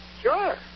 Sure